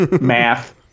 Math